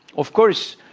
of course,